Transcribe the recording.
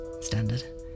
standard